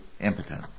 impotent